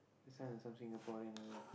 sound like some Singaporean also